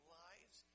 lives